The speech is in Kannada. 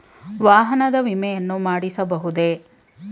ವಾಹನದ ವಿಮೆಯನ್ನು ಮಾಡಿಸಬಹುದೇ?